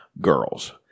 girls